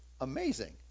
amazing